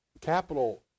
capital